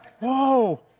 Whoa